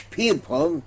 people